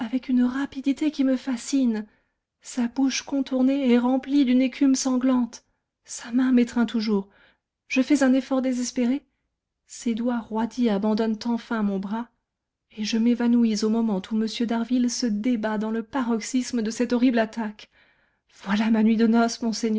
avec une rapidité qui me fascine sa bouche contournée est remplie d'une écume sanglante sa main m'étreint toujours je fais un effort désespéré ses doigts roidis abandonnent enfin mon bras et je m'évanouis au moment où m d'harville se débat dans le paroxysme de cette horrible attaque voilà ma nuit de noces